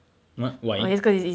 !huh! why